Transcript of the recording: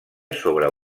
sobre